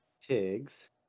Tiggs